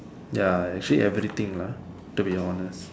ya actually everything lah to be honest